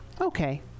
Okay